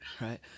Right